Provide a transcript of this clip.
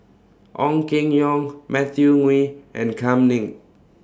Ong Keng Yong Matthew Ngui and Kam Ning